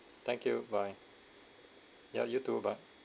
thank you bye yeah you too bye